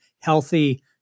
healthy